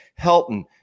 Helton